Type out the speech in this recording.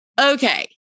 Okay